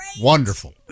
wonderful